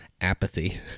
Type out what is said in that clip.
apathy